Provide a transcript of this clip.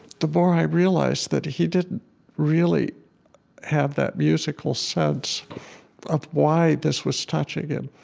the more i realized that he didn't really have that musical sense of why this was touching him.